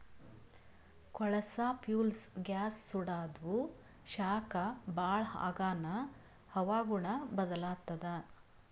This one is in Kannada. ಕೊಳಸಾ ಫ್ಯೂಲ್ಸ್ ಗ್ಯಾಸ್ ಸುಡಾದು ಶಾಖ ಭಾಳ್ ಆಗಾನ ಹವಾಗುಣ ಬದಲಾತ್ತದ